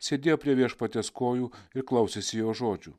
sėdėjo prie viešpaties kojų ir klausėsi jo žodžių